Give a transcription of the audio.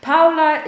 Paula